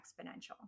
exponential